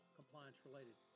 compliance-related